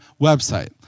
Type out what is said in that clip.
website